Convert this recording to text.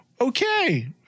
Okay